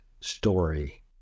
story